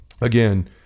again